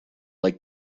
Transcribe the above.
like